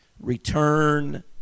return